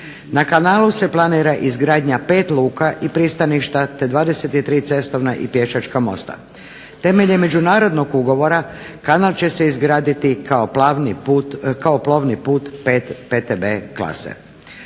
Na kanalu se planira izgradnja pet luka i pristaništa, te 23 cestovna i pješačka mosta. Temeljem međunarodnog ugovora kanal će se izgraditi kao plovni put pete B klase.